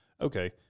okay